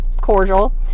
cordial